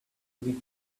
with